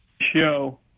show